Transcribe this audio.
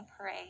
pray